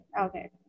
Okay